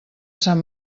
sant